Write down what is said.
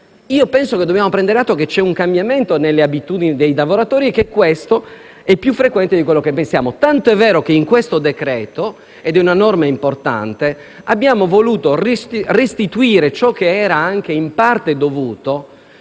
Penso che dobbiamo prendere atto che c'è un cambiamento nelle abitudini dei lavoratori, che è più frequente di quello che pensiamo, tant'è vero che nel decreto-legge in esame, con una norma importante, abbiamo voluto restituire ciò che era anche in parte dovuto,